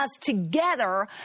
together